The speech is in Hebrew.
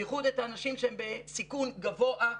בייחוד את האנשים שבהם בסיכון גבוה.